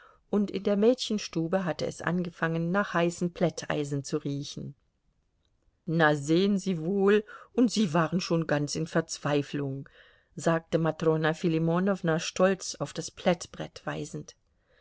und in der mädchenstube hatte es angefangen nach heißen plätteisen zu riechen na sehen sie wohl und sie waren schon ganz in verzweiflung sagte matrona filimonowna stolz auf das plättbrett weisend